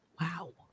Wow